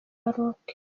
maroc